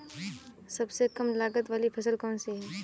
सबसे कम लागत वाली फसल कौन सी है?